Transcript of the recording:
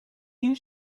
you